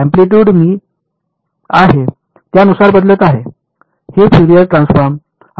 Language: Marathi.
अँप्लिटयूड मी आहे त्यानुसार बदलत आहे हे फ्युरीयर ट्रान्सफॉर्म आयडियासारखे आहे